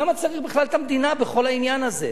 למה צריך בכלל את המדינה בכל העניין הזה?